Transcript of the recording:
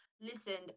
listened